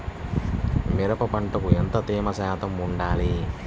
మిరప పంటకు ఎంత తేమ శాతం వుండాలి?